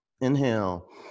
inhale